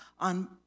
on